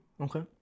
okay